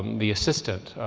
the assistant,